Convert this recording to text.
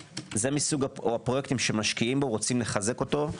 או פרויקטים שמשקיעים בו, רוצים לחזק אותו.